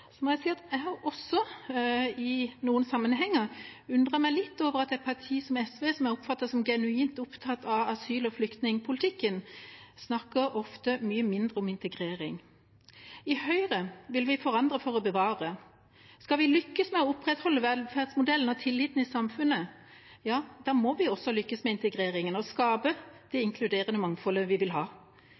jeg må si at jeg har også i noen sammenhenger undret meg litt over at et parti som SV, som jeg oppfatter er genuint opptatt av asyl- og flyktningpolitikken, snakker mye mindre om integrering. I Høyre vil vi forandre for å bevare. Skal vi lykkes med å opprettholde velferdsmodellen og tilliten i samfunnet, må vi også lykkes med integreringen og skape det inkluderende mangfoldet vi vil ha.